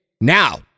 Now